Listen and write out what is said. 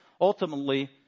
Ultimately